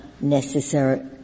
necessary